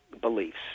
beliefs